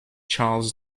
charles